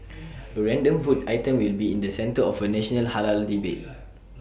A random food item will be in the centre of A national Halal debate